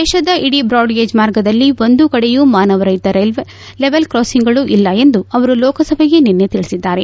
ದೇಶದ ಇಡೀ ಬ್ರಾಡ್ಗೇಜ್ ಮಾರ್ಗದಲ್ಲಿ ಒಂದು ಕಡೆಯೂ ಮಾನವರಹಿತ ಲೆವೆಲ್ ಕ್ರಾಸಿಂಗ್ಗಳು ಇಲ್ಲ ಎಂದು ಅವರು ಲೋಕಸಭೆಗೆ ನಿನ್ನೆ ತಿಳಿಸಿದ್ದಾರೆ